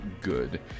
good